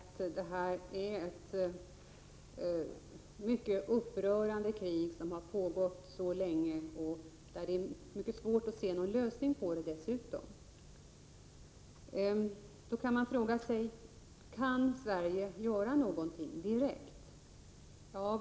Herr talman! Det är alldeles riktigt som Maria Leissner säger att detta är ett mycket upprörande krig som har pågått mycket länge och att det dessutom är svårt att se någon lösning på det. Då kan man fråga sig: Kan Sverige göra något direkt?